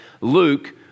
Luke